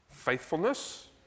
Faithfulness